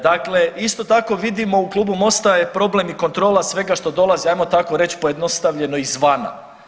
Dakle, isto tako vidimo u klubu Mosta je problem i kontrola svega što dolazi ajmo tako reći pojednostavljeno, izvana.